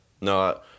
No